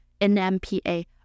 NMPA